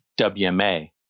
WMA